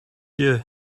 you